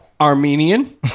armenian